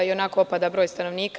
Ionako opada broj stanovnika.